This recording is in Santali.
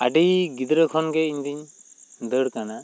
ᱟᱹᱰᱤ ᱜᱤᱫᱽᱨᱟᱹ ᱠᱷᱚᱱ ᱜᱮ ᱤᱧ ᱫᱚᱧ ᱫᱟᱹᱲ ᱠᱟᱱᱟ